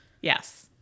Yes